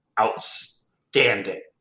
outstanding